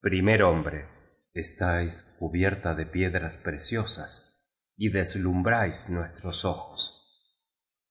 primer hombre estáis cubierta de piedras preciosas y deslumbráis nuestros ojos